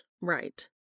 Right